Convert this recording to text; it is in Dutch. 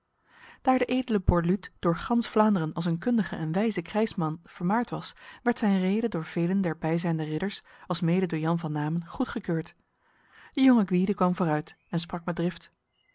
daar de edele borluut door gans vlaanderen als een kundige en wijze krijgsman vermaard was werd zijn rede door velen der bijzijnde ridders alsmede door jan van namen goedgekeurd de jonge gwyde kwam vooruit en sprak met